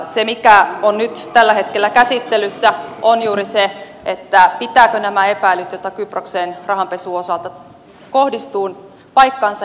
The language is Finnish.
se mikä on nyt tällä hetkellä käsittelyssä on juuri se pitävätkö nämä epäilyt joita kyprokseen rahanpesun osalta kohdistuu paikkansa